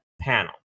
panel